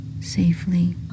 safely